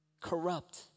corrupt